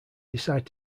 decide